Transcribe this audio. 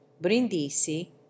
Brindisi